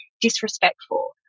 disrespectful